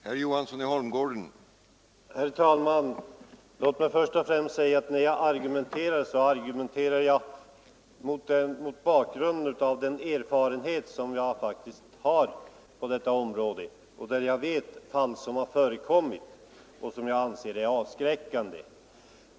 Herr talman! Låt mig för det första säga att jag argumenterar mot bakgrunden av den erfarenhet som jag faktiskt har på detta område. Jag vet vad som förekommit och anser att det är avskräckande.